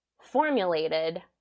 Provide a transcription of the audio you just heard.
formulated